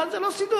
אבל זה לא סידור.